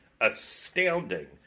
astounding